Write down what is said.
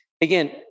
Again